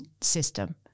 system